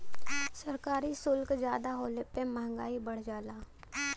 सरकारी सुल्क जादा होले पे मंहगाई बढ़ जाला